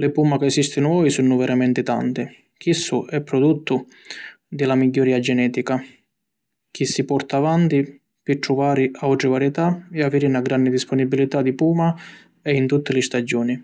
Li puma ca esistinu oi sunnu veramenti tanti. Chissu è produttu di la migghiuria genetica chi si porta avanti pi truvari autri varietà e aviri na granni disponibilità di puma e in tutti li stagiuni.